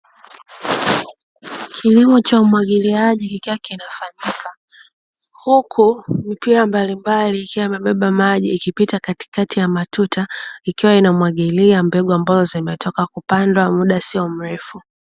Kilimo cha umwagiliaji kikiwa kinafanyika, huku mipira mbalimbali ikiwa imebeba maji ikipita katikati ya matuta, ikiwa inamwagilia mbegu ambazo zimetoka kupandwa muda sio mrefu.